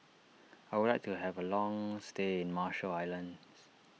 I would like to have a long stay in Marshall Islands